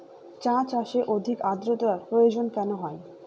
চা চাষে অধিক আদ্রর্তার প্রয়োজন কেন হয়?